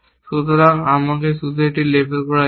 সুতরাং আমাকে শুধু এটি লেবেল করা যাক